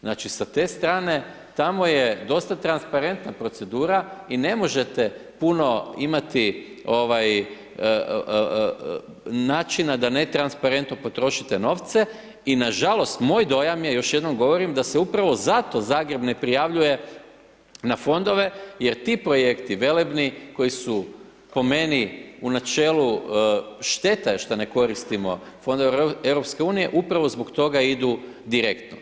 Znači, sa te strane, tamo je dosta transparentna procedura i ne možete puno imati načina da netransparentno potrošite novce i nažalost, moj dojam je, još jednom govorim, da se upravo zato Zagreb ne prijavljuje na fondove jer ti projekti velebni koji su po meni u načelu, šteta je što ne koristimo fondove EU, upravo zbog toga idu direktno.